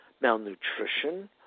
malnutrition